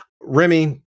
Remy